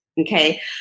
Okay